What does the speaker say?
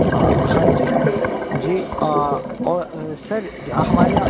वो हाँ हाँ जी सर जी और सर हमारे यहाँ